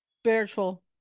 spiritual